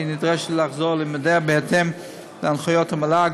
והיא נדרשת לחזור ללימודיה בהתאם להנחיות המל"ג